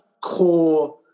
core